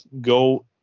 go